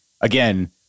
Again